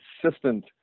consistent